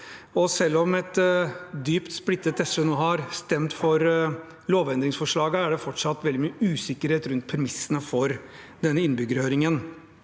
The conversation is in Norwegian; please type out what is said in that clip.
Selv om et dypt splittet SV går inn for lovendringsforslaget, er det fortsatt veldig mye usikkerhet rundt premissene for denne innbyggerhøringen.